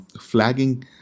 flagging